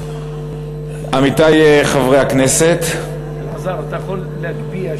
עמיתי חברי הכנסת, אלעזר, אתה יכול להגביה.